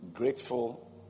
grateful